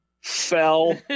fell